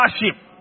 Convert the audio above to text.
leadership